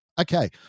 Okay